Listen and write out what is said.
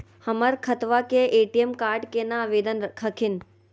हमर खतवा के ए.टी.एम कार्ड केना आवेदन हखिन?